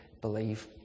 believe